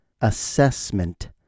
assessment